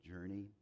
journey